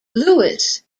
lewis